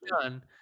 done